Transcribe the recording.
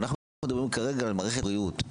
אנחנו מדברים כרגע על מערכת הבריאות,